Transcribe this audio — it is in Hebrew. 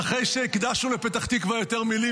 אז אחרי שהקדשנו לפתח תקווה יותר מילים